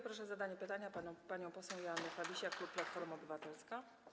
Proszę o zadanie pytania panią poseł Joannę Fabisiak, klub Platforma Obywatelska.